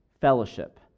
fellowship